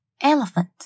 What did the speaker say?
Elephant